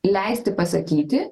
leisti pasakyti